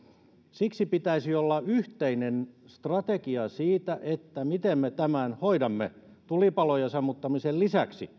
siksi pitäisi olla yhteinen strategia siitä miten me tämän tulipalojen sammuttamisen lisäksi